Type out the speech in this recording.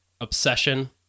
obsession